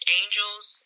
angels